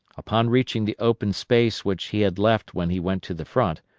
upon reaching the open space which he had left when he went to the front,